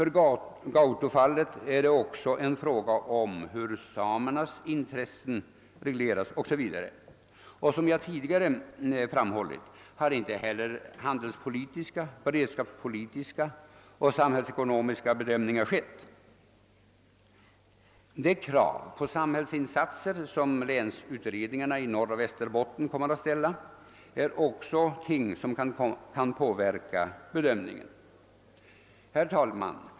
I Gautofallet är det också fråga om hur samernas intressen regleras o.s.v. Och som jag tidigare framhållit har inte heller handelspolitiska, = beredskapspolitiska eller samhällsekonomiska bedömningar gjorts. De krav på samhällsinsatser som länsutredningarna i Norroch Västerbotten kommer att framställa är också något som kan påverka bedömningen. Herr talman!